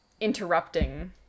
interrupting